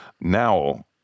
Now